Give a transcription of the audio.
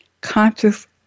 conscious